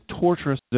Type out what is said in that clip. torturous